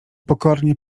pokornie